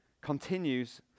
continues